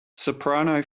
soprano